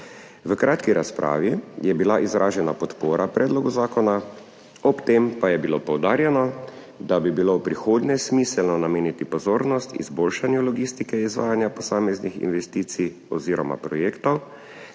V kratki razpravi je bila izražena podpora predlogu zakona, ob tem pa je bilo poudarjeno, da bi bilo v prihodnje smiselno nameniti pozornost izboljšanju logistike izvajanja posameznih investicij oziroma projektov,